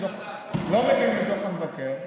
לא מקיימים את דוח המבקר,